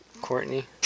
Courtney